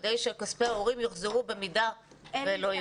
כדי שכספי ההורים יוחזרו במידה ולא יהיו.